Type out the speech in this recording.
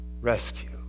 rescue